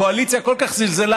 הקואליציה כל כך זלזלה,